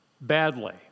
badly